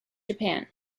japan